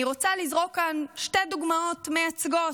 אני רוצה לזרוק כאן שתי דוגמאות מייצגות: